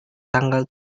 tanggal